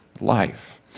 life